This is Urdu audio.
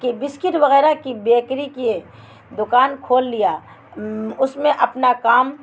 کہ بسکٹ وغیرہ کی بیکری کی یہ دوکان کھول لیا اس میں اپنا کام